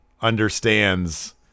understands